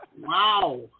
Wow